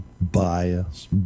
bias